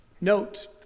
Note